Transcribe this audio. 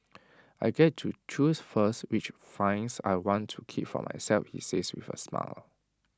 I get to choose first which vinyls I want to keep for myself he says with A smile